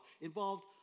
involved